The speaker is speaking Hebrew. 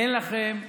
אין לכם,